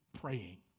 praying